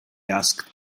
asked